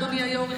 אדוני היו"ר,